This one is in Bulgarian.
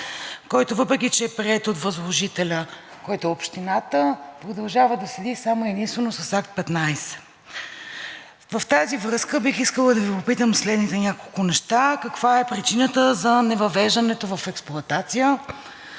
който, въпреки че е приет от възложителя, който е Общината, продължава да седи само и единствено с Акт 15. В тази връзка бих искала да Ви попитам следните няколко неща: каква е причината за невъвеждането в експлоатация;